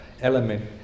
element